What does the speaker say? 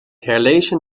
herlezen